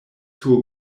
sur